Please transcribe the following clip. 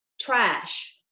trash